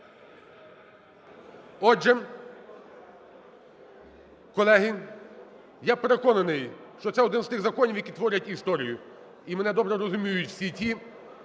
Отже, колеги, я переконаний, що це один з тих законів, які творять історію, і мене добре розуміють всі ті,